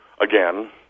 again